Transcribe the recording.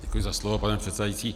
Děkuji za slovo, pane předsedající.